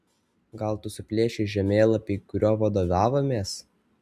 gal tu suplėšei žemėlapį kuriuo vadovavomės